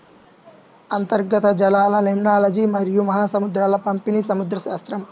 అంతర్గత జలాలలిమ్నాలజీమరియు మహాసముద్రాల పంపిణీసముద్రశాస్త్రం